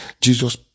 Jesus